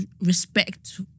respect